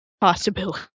possibility